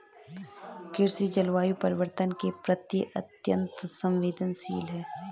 कृषि जलवायु परिवर्तन के प्रति अत्यंत संवेदनशील है